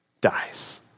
dies